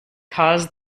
caused